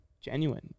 genuine